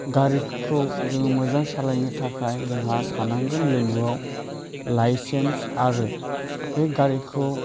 गारिखौ जों मोजां सालायनो थाखाय जोंहा थानांगोन लोगोआव लाइसेन्स आरो बे गारिखौ